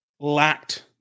lacked